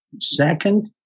Second